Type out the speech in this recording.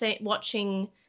watching